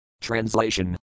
Translation